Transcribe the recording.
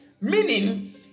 meaning